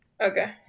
okay